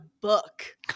book